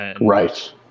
Right